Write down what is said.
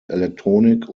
elektronik